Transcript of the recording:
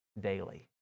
daily